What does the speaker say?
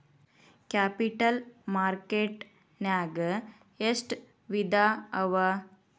Capital market ನ್ಯಾಗ್ ಎಷ್ಟ್ ವಿಧಾಅವ?